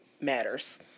matters